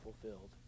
fulfilled